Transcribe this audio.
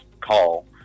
call